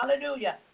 Hallelujah